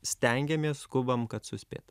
stengiamės skubam kad suspėt